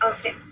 Okay